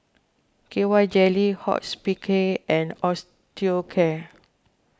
K Y Jelly Hospicare and Osteocare